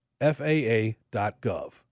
FAA.gov